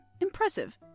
impressive